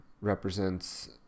represents